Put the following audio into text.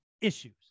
issues